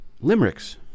Limericks